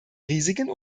risiken